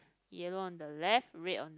yellow on the left red on